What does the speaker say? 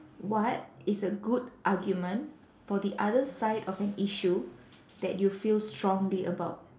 what is a good argument for the other side of an issue that you feel strongly about